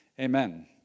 Amen